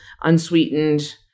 unsweetened